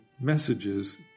messages